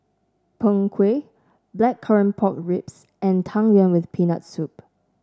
Png Kueh Blackcurrant Pork Ribs and Tang Yuen with Peanut Soup